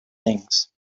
things